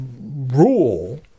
rule